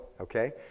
okay